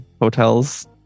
hotels